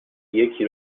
یکی